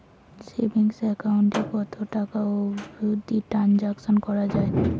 Savings account এ কতো টাকা অবধি ট্রানসাকশান করা য়ায়?